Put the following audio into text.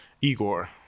Igor